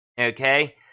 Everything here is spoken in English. Okay